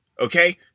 Okay